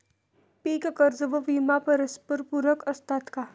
पीक कर्ज व विमा परस्परपूरक असतात का?